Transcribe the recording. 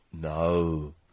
no